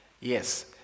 Yes